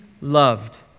loved